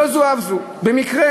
ולא זו אף זו, במקרה